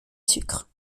sucre